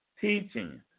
teaching